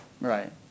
Right